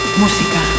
música